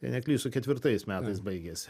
jei neklystu ketvirtais metais baigėsi